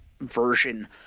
version